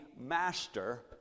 master